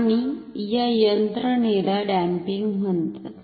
आणि या यंत्रणेला डॅम्पिंग म्हणतात